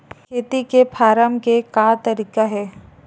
खेती से फारम के का तरीका हे?